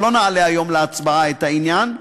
שלא נעלה היום להצבעה את העניין.